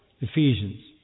Ephesians